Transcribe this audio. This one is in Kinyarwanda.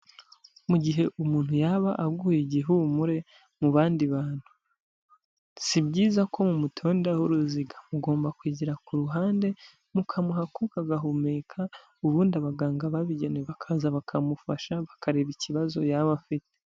Mu gihe umuntu yaba aguye igihumure mu bandi bantu, si byiza ko mumutondeho uruziga mugomba kwigira ku ruhande, mukamuha akuka agahumeka ubundi abaganga babigenewe bakaza bakamufasha bakareba ikibazo yaba afite.